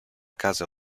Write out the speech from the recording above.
casa